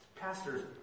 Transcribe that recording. pastors